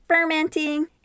fermenting